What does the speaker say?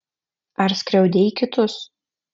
ar skriaudei kitus